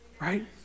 right